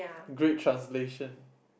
great translation